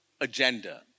agenda